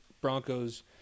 Broncos